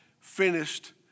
finished